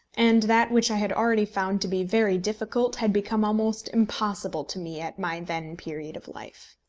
and that which i had already found to be very difficult had become almost impossible to me at my then period of life.